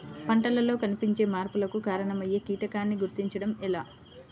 పంటలలో కనిపించే మార్పులకు కారణమయ్యే కీటకాన్ని గుర్తుంచటం ఎలా?